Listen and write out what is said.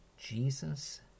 Jesus